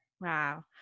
wow